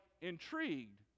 intrigued